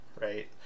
right